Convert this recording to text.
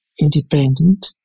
independent